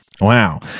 wow